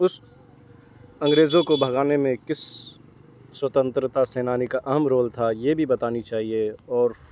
اس انگریزوں کو بھگانے میں کس سوتنترتا سینانی کا اہم رول تھا یہ بھی بتانا چاہیے اور